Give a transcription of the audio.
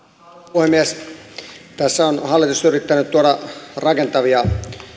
puhemies tässä on hallitus yrittänyt tuoda rakentavia